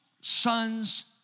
sons